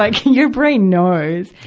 like your brain knows.